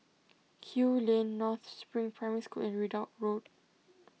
Kew Lane North Spring Primary School and Ridout Road